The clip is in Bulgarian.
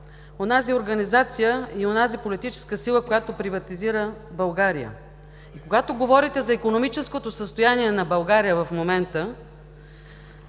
онази организация и онази политическа сила, която приватизира България. И когато говорите за икономическото състояние на България в момента,